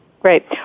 Great